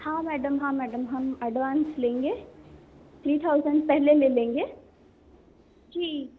हाँ मैडम हाँ मैडम हम एडवांस लेंगे थ्री थाउजेंड पहले ले लेंगे जी